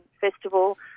Festival